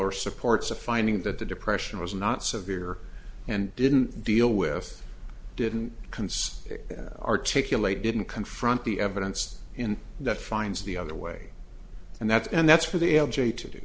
or supports a finding that the depression was not severe and didn't deal with didn't concern articulate didn't confront the evidence in that finds the other way and that's and that's for the algae to do